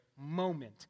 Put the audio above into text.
moment